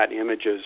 images